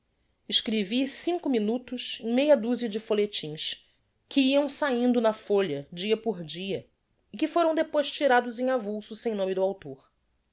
escrevi cinco minutos em meia duzia de folhetins que iam sahindo na folha dia por dia e que foram depois tirados em avulso sem nome do author